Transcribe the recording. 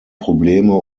probleme